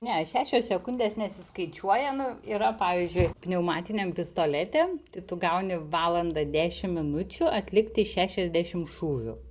ne šešios sekundės nesiskaičiuoja nu yra pavyzdžiui pneumatiniam pistolete tai tu gauni valandą dešimt minučių atlikti šešiasdešim šūvių